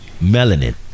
Melanin